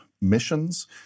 missions